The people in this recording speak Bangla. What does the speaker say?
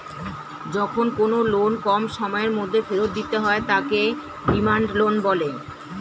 যখন কোনো লোন কম সময়ের মধ্যে ফেরত দিতে হয় তাকে ডিমান্ড লোন বলে